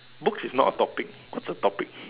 books is not a topic what's a topic